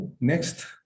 next